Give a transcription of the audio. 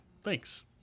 Thanks